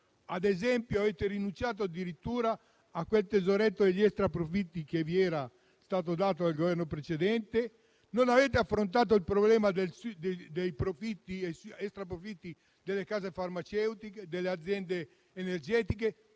Ad esempio avete rinunciato al tesoretto degli extraprofitti che vi era stato dato dal Governo precedente. Non avete affrontato il problema degli extraprofitti delle case farmaceutiche e delle aziende energetiche.